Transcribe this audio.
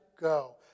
go